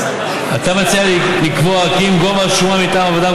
אתה מציע לקבוע כי אם גובה השומה מטעם הוועדה